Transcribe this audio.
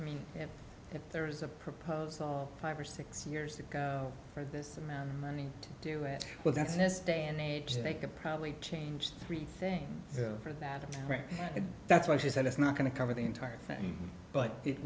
i mean if there is a proposal five or six years ago for this amount of money to do it well that's this day and age they could probably change three thing for that and that's why she said it's not going to cover the entire thing but it